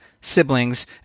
siblings